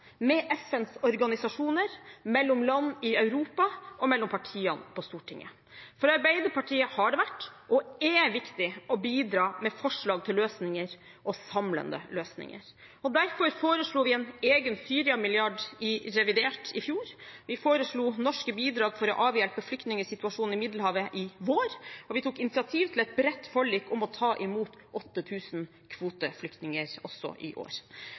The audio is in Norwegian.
med FNs organisasjoner, mellom land i Europa og mellom partiene på Stortinget. For Arbeiderpartiet har det vært og er det viktig å bidra med forslag til løsninger, samlende løsninger. Derfor foreslo vi en egen Syria-milliard i revidert i fjor, vi foreslo norske bidrag for å avhjelpe flyktningsituasjonen i Middelhavet i vår, og vi tok initiativ til et bredt forlik om å ta imot 8 000 kvoteflyktninger også i år.